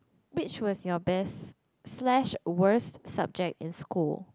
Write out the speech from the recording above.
which was your best slash worst subject in school